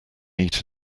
eat